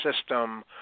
system